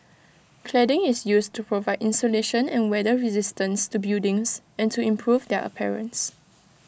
cladding is used to provide insulation and weather resistance to buildings and to improve their appearance